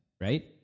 right